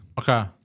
Okay